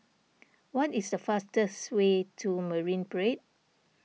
what is the fastest way to Marine Parade